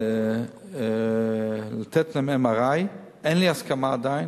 אני אומר מייד שאין לי הסכמה עדיין,